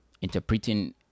interpreting